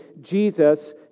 Jesus